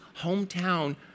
hometown